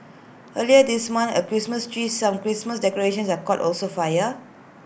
earlier this month A Christmas tree some Christmas decorations that caught also fire